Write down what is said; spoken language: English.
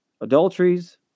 Adulteries